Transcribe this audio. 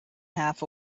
half